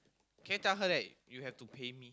can you tell her that you have to pay me